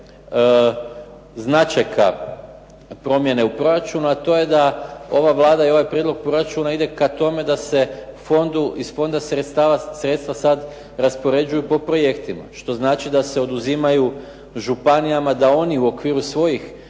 značajka promjene u proračunu, a to je da ova Vlada i ovaj prijedlog proračuna ide ka tome da se fondu, iz fonda sredstva sad raspoređuju po projektima, što znači da se oduzimaju županijama da oni u okviru svojih